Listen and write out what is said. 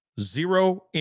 Zero